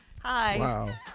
hi